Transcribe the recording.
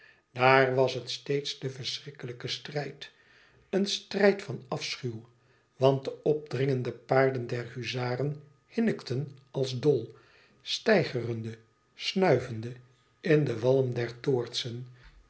daar was het steeds de verschrikkelijke strijd een strijd van afschuw want de opdringende paarden der huzaren hinnikten als dol steigerende snuivende in den walm der toortsen